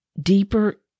deeper